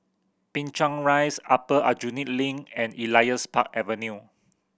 Binchang Rise Upper Aljunied Link and Elias Park Avenue